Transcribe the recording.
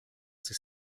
sich